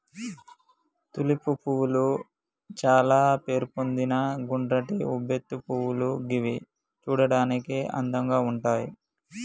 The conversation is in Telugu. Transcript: తులిప్ పువ్వులు చాల పేరొందిన గుండ్రటి ఉబ్బెత్తు పువ్వులు గివి చూడడానికి అందంగా ఉంటయ్